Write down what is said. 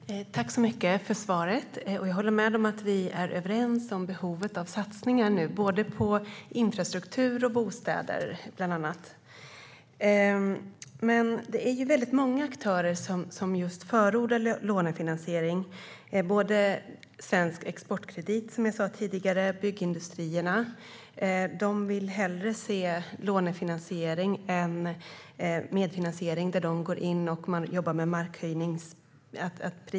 Fru talman! Jag tackar så mycket för svaret. Jag håller med om att vi är överens om behovet av satsningar nu, bland annat på infrastruktur och bostäder. Men det är många aktörer som förordar just lånefinansiering, både Svensk Exportkredit, som jag sa tidigare, och Sveriges Byggindustrier. De vill hellre se lånefinansiering än medfinansiering där priset på marken höjs.